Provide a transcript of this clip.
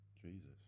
Jesus